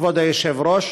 כבוד היושב-ראש,